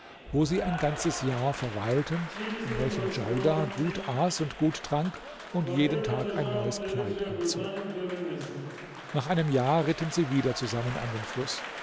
wo sie ein ganzes jahr verweilten in welchem djaudar gut aß und gut trank und jeden tag ein neues kleid anzog nach einem jahr ritten sie wieder zusammen an den fluß